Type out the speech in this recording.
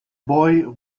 boy